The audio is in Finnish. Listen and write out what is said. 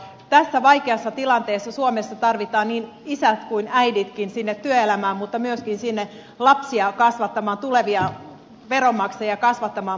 tässä vaikeassa tilanteessa suomessa tarvitaan niin isät kuin äiditkin sinne työelämään mutta myöskin sinne lapsia kasvattamaan tulevia veronmaksajia kasvattamaan